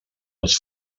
els